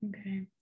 Okay